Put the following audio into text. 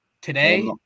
Today